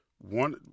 one